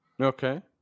Okay